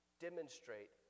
demonstrate